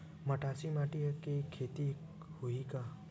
मटासी माटी म के खेती होही का?